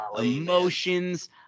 Emotions